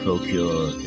Procure